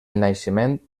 naixement